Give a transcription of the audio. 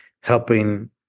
helping